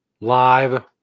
Live